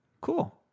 cool